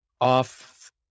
off